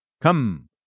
Come